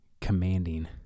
commanding